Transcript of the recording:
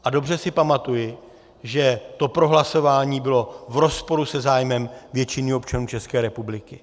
A dobře si pamatuji, že to prohlasování bylo v rozporu se zájmem většiny občanů České republiky.